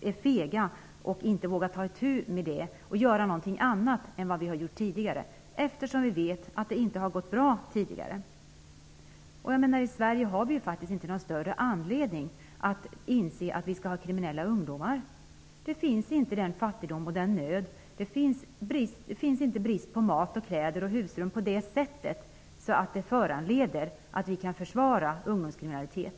vara fega, utan vi måste våga ta itu med det och göra något annat än det som vi har gjort tidigare. Vi vet ju att det inte har gått bra tidigare. Vi i Sverige har faktiskt inte någon större anledning att inse att vi skall behöva ha kriminella ungdomar. Det finns inte den sortens fattigdom och nöd. Det råder inte brist på mat, kläder och husrum på ett sådant sätt att vi skulle vara föranledda att försvara ungdomskriminalitet.